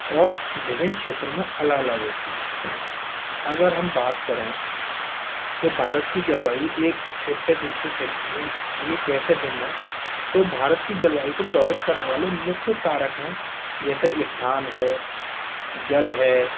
और विभिन्न क्षेत्रों में अलग अलग होती है अगर हम बात करें कि भारत की जलवायु एक क्षेत्र से दूसरे क्षेत्र के लिए कैसे भिन्न है तो भारत की जलवायु को प्रभावित करने वाले मुख्य कारक है जैसे स्थान है जल है